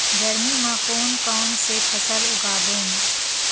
गरमी मा कोन कौन से फसल उगाबोन?